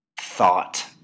thought